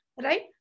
right